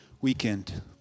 weekend